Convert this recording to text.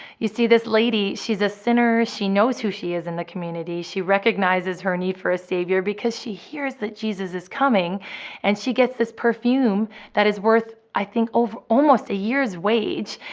you see, this lady she's a sinner. she knows who she is in the community. she recognizes her need for a savior. because she hears that jesus is coming and she gets this perfume that is worth i think almost a year's wage.